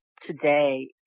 today